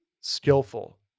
skillful